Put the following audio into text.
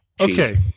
Okay